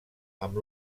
amb